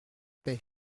paix